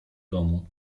domu